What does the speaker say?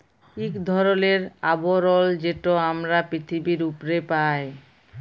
ইক ধরলের আবরল যেট আমরা পিথিবীর উপ্রে পাই